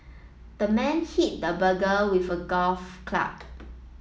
the man hit the burger with a golf club